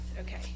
okay